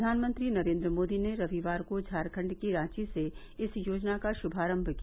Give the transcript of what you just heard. प्रधानमंत्री नरेन्द्र मोदी ने रविवार को झारखण्ड के रांची से इस योजना का शुभारंभ किया